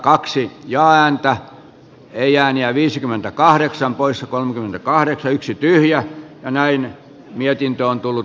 jostakin syystä tämä ei ääniä viisikymmentäkahdeksan poissa kolmekymmentäkahdeksan syttyy ja näin mietintö on tullut